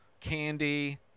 candy